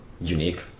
unique